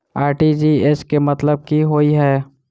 RTGS केँ मतलब की होइ हय?